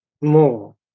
more